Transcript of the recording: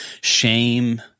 Shame